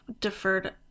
deferred